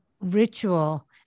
ritual